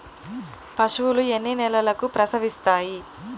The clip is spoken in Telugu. పశువులు ఎన్ని నెలలకు ప్రసవిస్తాయి?